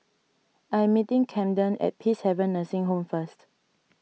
I am meeting Camden at Peacehaven Nursing Home first